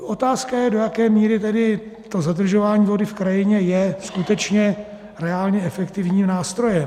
Otázka je, do jaké míry tedy to zadržování vody v krajině je skutečně reálně efektivním nástrojem.